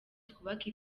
twubake